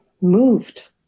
moved